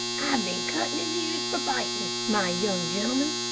i've been cuttin' his ears for fightin', my young gentleman,